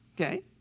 Okay